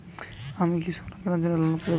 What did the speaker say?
আমি কি সোনা কেনার জন্য লোন পেতে পারি?